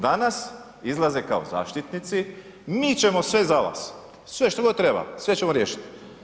Danas izlaze kao zaštitnici, mi ćemo sve za vas, sve što god treba, sve ćemo riješit.